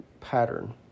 pattern